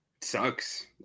sucks